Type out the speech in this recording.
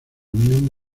unión